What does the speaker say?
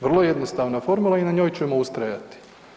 Vrlo jednostavna formula i na njoj ćemo ustrajati.